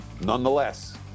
Nonetheless